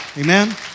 Amen